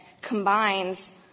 combines –